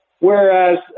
whereas